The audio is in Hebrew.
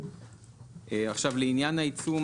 עכשיו לעניין העיצום,